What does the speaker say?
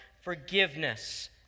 forgiveness